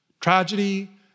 tragedy